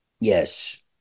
Yes